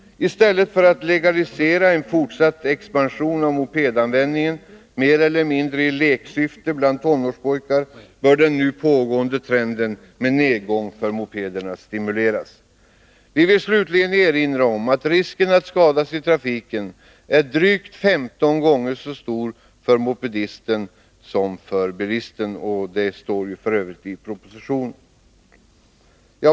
I stället för att legalisera en fortsatt expansion av mopedanvändningen mer eller mindre i leksyfte bland tonårspojkar bör man stimulera den nu pågående trenden mot nedgång för mopederna. Vi vill slutligen erina om att risken att skadas i trafiken är drygt 15 gånger så stor för mopedisten som för bilisten. Det står f. ö. i propositionen.